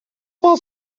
was